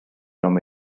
from